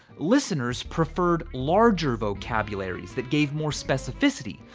listeners preferred larger vocabularies that gave more specificity,